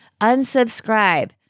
unsubscribe